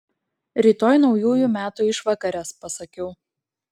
rytoj naujųjų metų išvakarės pasakiau